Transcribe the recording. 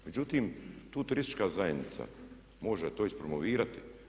Međutim, tu turistička zajednica može to ispromovirati.